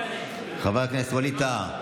חבר הכנסת ווליד טאהא,